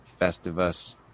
Festivus